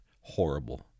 horrible